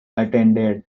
attended